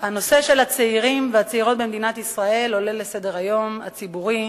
הנושא של הצעירים והצעירות במדינת ישראל עולה לסדר-היום הציבורי.